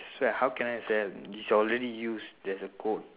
swear how can I sell it's already used there's a code